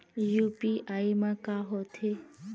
UPI मा का होथे?